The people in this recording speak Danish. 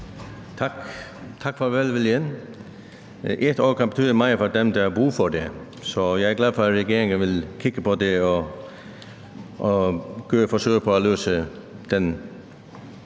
(SP): Tak for velviljen. Et år kan betyde meget for dem, der har brug for det, så jeg er glad for, at regeringen vil kigge på det og gøre et forsøg på at løse det